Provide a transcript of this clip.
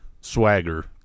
swagger